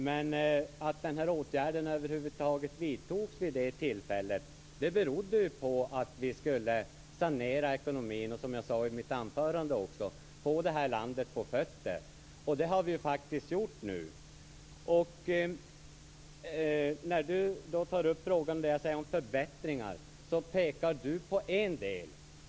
Men att den här åtgärden över huvud taget vidtogs vid det tillfället berodde på att vi skulle sanera ekonomin och, som jag sade i mitt anförande, få landet på fötter. Det har vi faktiskt gjort nu. När Bo Könberg tar upp frågan om förbättringar pekar han på en del.